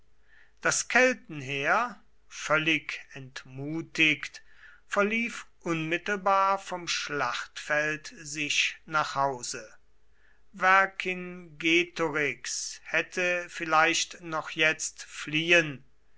das keltenheer völlig entmutigt verlief unmittelbar vom schlachtfeld sich nach hause vercingetorix hätte vielleicht noch jetzt fliehen